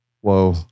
whoa